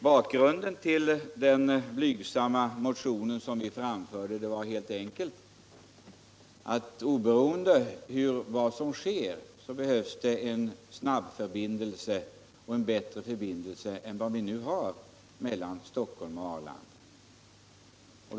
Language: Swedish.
Bakgrunden till den blygsamma motion som vi tidigare avgav var helt enkelt att det, oberoende av vad som sker, behövs en snabbförbindelse mellan Stockholm och Arlanda som är bättre än den förbindelse som vi nu har.